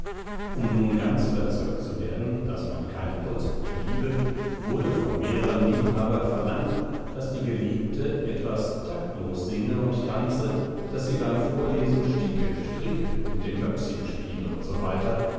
um nun ganz überzeugt zu werden daß man keine holzpuppe liebe wurde von mehrern liebhabern verlangt daß die geliebte etwas taktlos singe und tanze daß sie beim vorlesen sticke stricke mit dem möpschen spiele usw